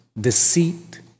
deceit